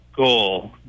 goal